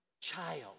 child